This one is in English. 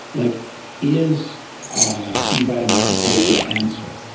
like is ah b vitamin support the answer?